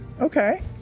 Okay